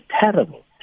terrible